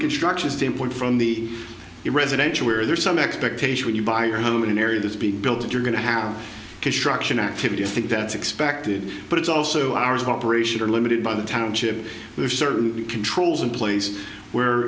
construction standpoint from the residential where there's some expectation when you buy your home in an area that's been built you're going to have construction activity i think that's expected but it's also hours of operation are limited by the township there's certainly controls in place